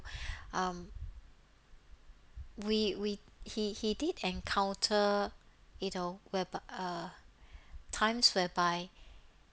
um we we he he did encounter you know whereb~ uh times whereby